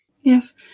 Yes